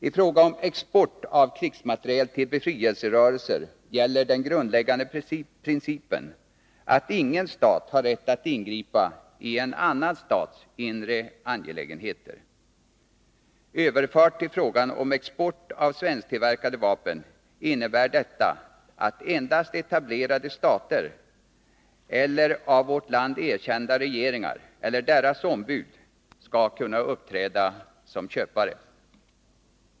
I fråga om export av krigsmateriel till befrielserörelser gäller den grundläggande principen, att ingen stat har rätt att ingripa i en annan stats inre angelägenheter. Överfört till frågan om export av svensktillverkade vapen innebär detta att endast etablerade stater eller av vårt land erkända regeringar, eller deras ombud, skall kunna uppträda som köpare.